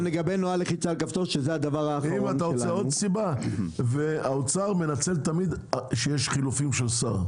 אם אתה רוצה עוד סיבה האוצר מנצל תמיד את המצב כשיש חילופים של שר.